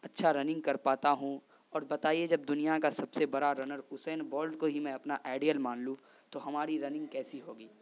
اچھا رننگ کر پاتا ہوں اور بتائیے جب دنیا کا سب سے بڑا رنر اسین بولٹ کو ہی میں اپنا آئیڈیل مان لوں تو ہماری رننگ کیسی ہوگی